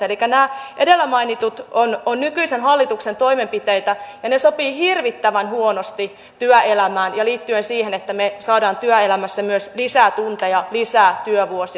elikkä nämä edellä mainitut ovat nykyisen hallituksen toimenpiteitä ja ne sopivat hirvittävän huonosti työelämään ja siihen että me saamme työelämässä myös lisää tunteja lisää työvuosia